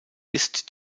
ist